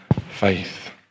faith